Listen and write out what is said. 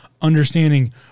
understanding